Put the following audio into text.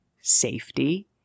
safety